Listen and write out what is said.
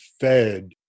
fed